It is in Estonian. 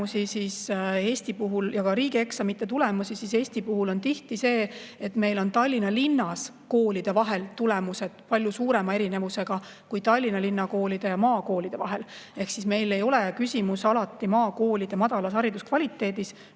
PISA tulemusi ja ka riigieksamite tulemusi, siis [näeme, et] Eesti puhul on tihti nii, et meil on Tallinna linnas koolide vahel tulemused palju suurema erinevusega kui Tallinna linna koolide ja maakoolide vahel. Ehk meil ei ole küsimus alati maakoolide madalas hariduskvaliteedis,